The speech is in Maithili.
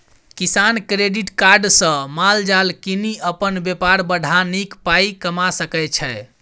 किसान क्रेडिट कार्ड सँ माल जाल कीनि अपन बेपार बढ़ा नीक पाइ कमा सकै छै